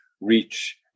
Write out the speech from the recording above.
reach